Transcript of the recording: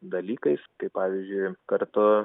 dalykais kaip pavyzdžiui kartu